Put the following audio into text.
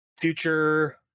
future